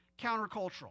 countercultural